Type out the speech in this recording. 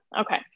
Okay